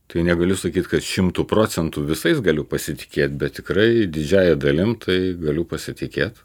tai negaliu sakyt kad šimtu procentų visais galiu pasitikėt bet tikrai didžiąja dalim tai galiu pasitikėt